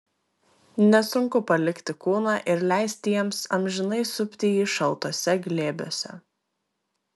nesunku palikti kūną ir leisti jiems amžinai supti jį šaltuose glėbiuose